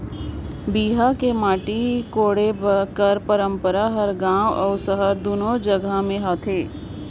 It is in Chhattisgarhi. बिहा मे माटी कोड़े कर पंरपरा हर गाँव अउ सहर दूनो जगहा मे होथे